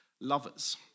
lovers